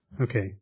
Okay